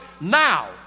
now